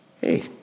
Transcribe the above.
hey